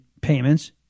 payments